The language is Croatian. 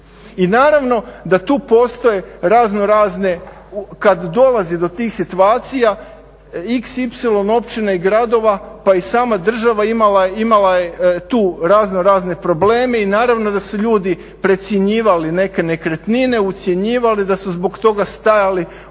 I naravno da tu postoje razno razne, kad dolazi do tih situacija, x,y općina i gradova pa i sama država imala je tu razno razne probleme i naravno da su ljudi precjenjivali neke nekretnine, ucjenjivali da su zbog toga stajali određeni